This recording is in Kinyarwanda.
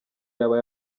yaba